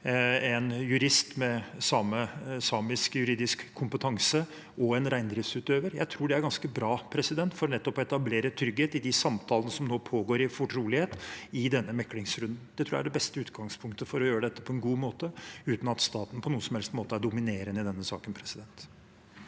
en jurist med samisk juridisk kompetanse og en reindriftsutøver. Jeg tror det er ganske bra for nettopp å etablere trygghet i de samtalene som nå pågår i fortrolighet i denne meklingsrunden. Det tror jeg er det beste utgangspunktet for å gjøre dette på en god måte, uten at staten på noen som helst måte er dominerende i denne saken.